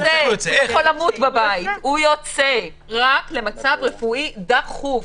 הוא יוצא רק למצב רפואי דחוף.